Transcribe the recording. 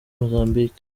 mozambique